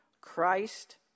Christ